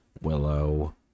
Willow